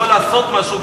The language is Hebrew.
יכול לעשות משהו,